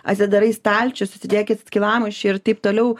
atidarai stalčių susidėkit skylamušį ir taip toliau